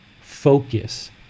focus